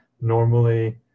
Normally